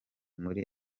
muri